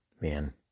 man